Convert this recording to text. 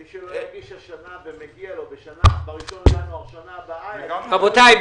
מי שלא מגיש השנה ומגיע לו ב-1.1 שנה הבאה --- רבותיי,